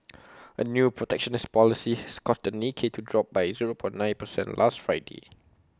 A new protectionist policy has caused the Nikkei to drop by zero per nine percent last Friday